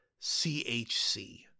CHC